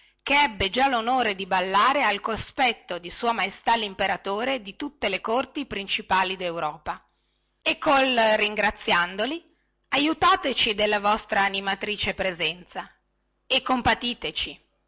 che ebbe già lonore di ballare al cospetto di sua maestà limperatore di tutte le corti principali deuropa e col ringraziandoli aiutateci della vostra animatrice presenza e compatiteci